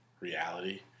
reality